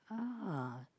ah